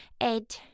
Ed